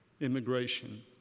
immigration